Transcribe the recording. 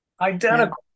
Identical